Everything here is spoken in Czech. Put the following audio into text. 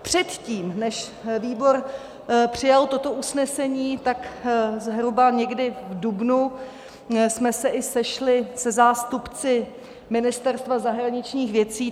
Předtím, než výbor přijal toto usnesení, tak zhruba někdy v dubnu jsme se sešli i se zástupci Ministerstva zahraničních věcí.